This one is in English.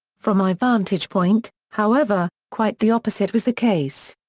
from my vantage point, however, quite the opposite was the case.